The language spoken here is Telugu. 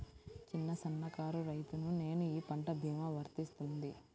చిన్న సన్న కారు రైతును నేను ఈ పంట భీమా వర్తిస్తుంది?